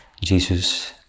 Jesus